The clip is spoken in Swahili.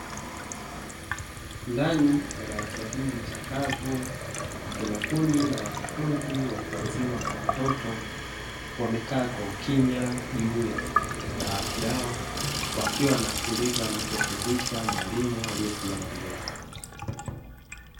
Ndani ya darasa hili chakavu kuna kundi la wanafunzi watu wazima kwa watoto wamekaa kwa ukimya juu madawati yao, wakiwa wanasikiliza anachofundisha mwalimu aliyesimama mbele.